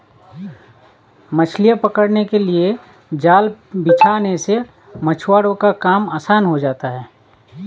मछलियां पकड़ने के लिए जाल बिछाने से मछुआरों का काम आसान हो जाता है